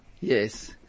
Yes